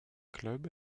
clubs